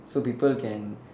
so people can